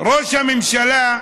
ראש הממשלה: